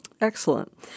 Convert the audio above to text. Excellent